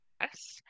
Yes